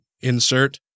insert